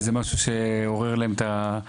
או איזה משהו שעורר להם את הטכנולוגיה.